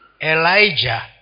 Elijah